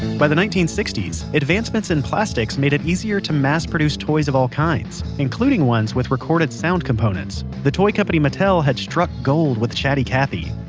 by the nineteen sixty s, advancements in plastics made it easier to mass-produce toys of all kinds, including ones with recorded sound components. the toy company mattel had struck gold with chatty cathy.